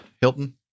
Hilton